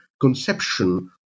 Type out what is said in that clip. conception